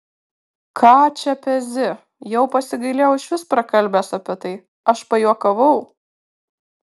ką čia pezi jau pasigailėjau išvis prakalbęs apie tai aš pajuokavau